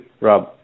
Rob